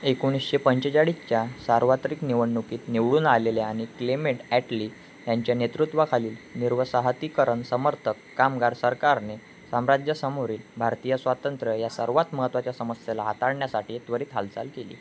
एकोणीसशे पंचेचाळीसच्या सार्वत्रिक निवडणुकीत निवडून आलेल्या आणि क्लेमेट ॲटली यांच्या नेतृत्वाखालील निर्वसाहतीकरण समर्थक कामगार सरकारने साम्राज्यासमोरील भारतीय स्वातंत्र्य या सर्वात महत्त्वाच्या समस्येला हाताळण्यासाठी त्वरित हालचाल केली